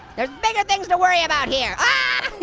there's bigger things to worry about here. ah.